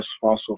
fossil